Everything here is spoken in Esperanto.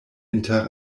inter